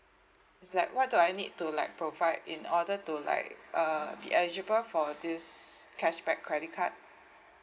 it's like what do I need to like provide in order to like uh be eligible for this cashback credit card